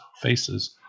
faces